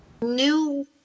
new